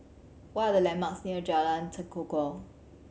what are the landmarks near Jalan Tekukor